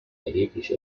erheblich